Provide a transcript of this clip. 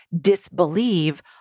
disbelieve